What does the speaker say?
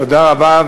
תודה רבה.